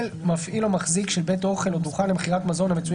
מפעיל או מחזיק של בית אוכל או דוכן למכירת מזון המצויים